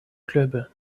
club